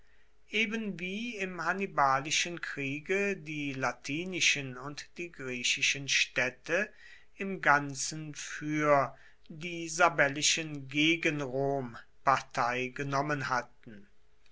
ebenwie im hannibalischen kriege die latinischen und die griechischen städte im ganzen für die sabellischen gegen rom partei genommen hatten